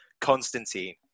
Constantine